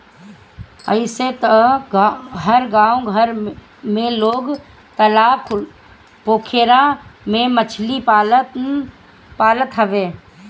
अइसे तअ हर गांव घर में लोग तालाब पोखरा में मछरी पालत हवे